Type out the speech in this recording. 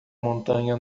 montanha